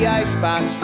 icebox